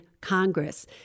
Congress